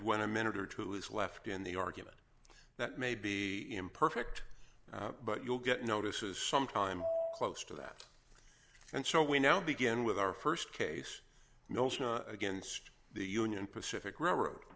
when a minute or two is left in the argument that may be imperfect but you'll get notices sometime close to that and so we now begin with our st case against the union pacific railroad